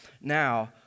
now